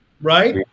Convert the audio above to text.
Right